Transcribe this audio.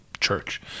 church